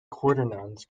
quaternions